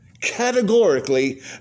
categorically